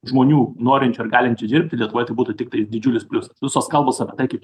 žmonių norinčių ar galinčių dirbti lietuvoj tai būtų tiktai didžiulis pliusas visos kalbos apie tai kaip